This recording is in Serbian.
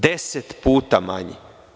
Deset puta manji.